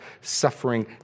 suffering